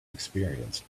experienced